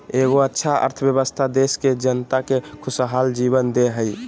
एगो अच्छा अर्थव्यवस्था देश के जनता के खुशहाल जीवन दे हइ